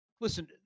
listen